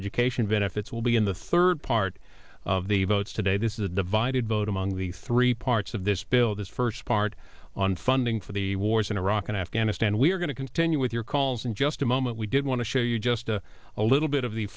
education benefits will be in the third part of the votes today this is a divided vote among the three parts of this bill this first part on funding for the wars in iraq and afghanistan we are going to continue with your calls in just a moment we did want to show you just a little bit of the